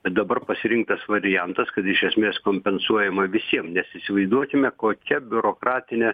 dabar pasirinktas variantas kad iš esmės kompensuojama visiem nes įsivaizduokime kokia biurokratinė